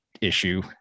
issue